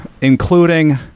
including